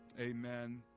Amen